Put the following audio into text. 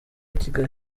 kigali